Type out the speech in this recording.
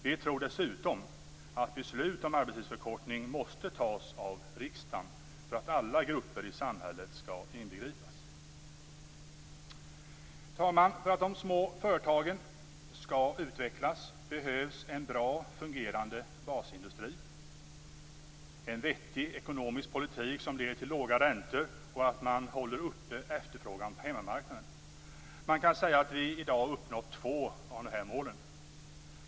Vi tror dessutom att beslut om arbetstidsförkortning måste fattas av riksdagen för att alla grupper i samhället skall inbegripas. Herr talman! För att de små företagen skall utvecklas behövs en bra fungerande basindustri, en vettig ekonomisk politik som leder till låga räntor och att man håller uppe efterfrågan på hemmamarknaden. Man kan säga att vi i dag har uppnått två av de här målen.